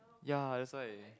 ya that's why